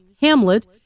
Hamlet